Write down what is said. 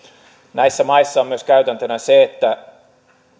näissä maissa on myös käytäntönä se että